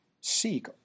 seek